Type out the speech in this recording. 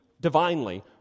divinely